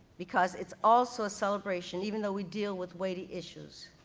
because it's also a celebration, even though we deal with weighty issues,